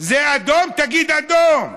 זה אדום, תגיד אדום.